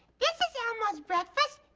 this is elmo's breakfast